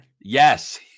yes